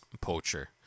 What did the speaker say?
poacher